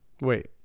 Wait